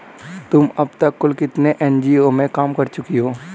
तुम अब तक कुल कितने एन.जी.ओ में काम कर चुकी हो?